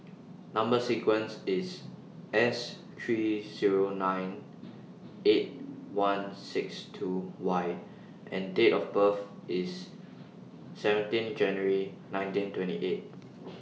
Number sequence IS S three Zero nine eight one six two Y and Date of birth IS seventeen January nineteen twenty eight